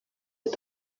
was